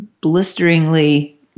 blisteringly